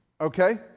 Okay